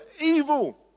evil